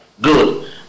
Good